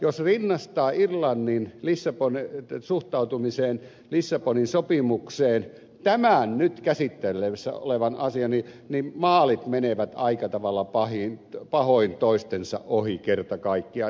jos rinnastaa irlannin suhtautumisen lissabonin sopimukseen ja tämän nyt käsittelyssä olevan asian niin maalit menevät aika tavalla pahoin toistensa ohi kerta kaikkiaan